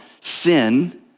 sin